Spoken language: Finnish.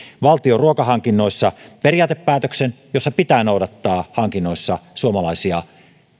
valtion ruokahankinnoissa periaatepäätöksen jossa pitää noudattaa hankinnoissa suomalaisia